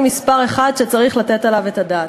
מספר אחת שצריך לתת עליו את הדעת.